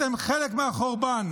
אתם חלק מהחורבן.